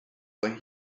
where